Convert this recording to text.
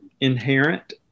inherent